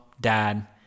Dad